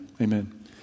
amen